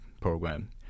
Program